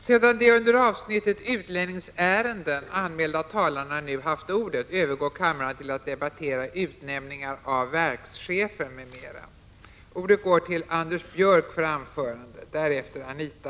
Sedan de under avsnittet Utlänningsärenden anmälda talarna nu haft ordet övergår kammaren till att debattera Utnämningar av verkschefer m.m.